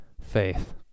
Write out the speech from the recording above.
faith